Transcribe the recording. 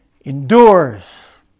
endures